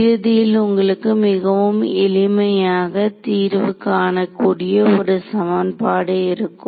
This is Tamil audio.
இறுதியில் உங்களுக்கு மிகவும் எளிமையாக தீர்வு காணக்கூடிய ஒரு சமன்பாடு இருக்கும்